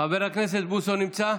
חבר הכנסת בוסו נמצא?